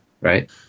right